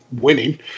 winning